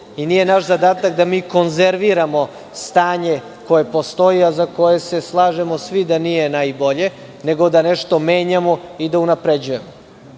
i nije naš zadatak da mi konzerviramo stanje koje postoji, a za koje se slažemo svi da nije najbolje, nego da nešto menjamo i da unapređujemo. Ja